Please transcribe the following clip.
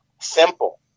simple